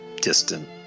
distant